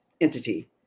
entity